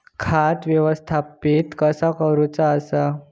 खाता व्यवस्थापित कसा करुचा असता?